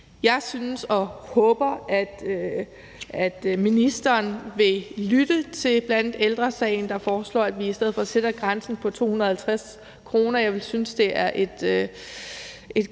jeg håber også, at ministeren vil lytte til bl.a. Ældre Sagen, der foreslår, at vi i stedet for sætter grænsen på 250 kr. Jeg vil synes, det er et godt